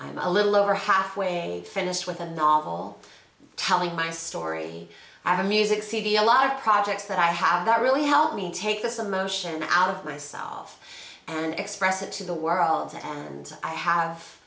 i'm a little over halfway finished with the novel telling my story i am using cd a lot of projects that i have that really helped me take this emotion out of myself and express it to the world and i have